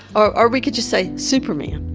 or we could just say super man.